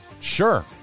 Sure